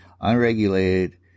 unregulated